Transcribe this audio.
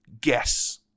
guess